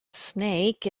snake